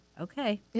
Okay